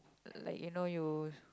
like you know use